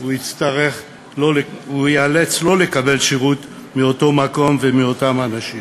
הוא ייאלץ לא לקבל שירות מאותו מקום ומאותם אנשים.